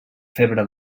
febre